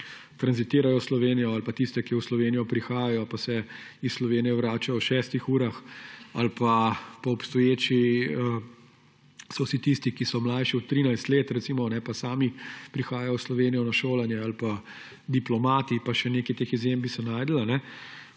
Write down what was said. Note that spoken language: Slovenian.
ki tranzitirajo čez Slovenijo, ali pa tiste, ki v Slovenijo prihajajo in se iz Slovenije vračajo v šestih urah, ali po obstoječi kategorizaciji so vsi tisti, ki so recimo mlajši od 13 let pa sami prihajajo v Slovenijo na šolanje, ali pa diplomati pa še nekaj teh izjem bi se našlo.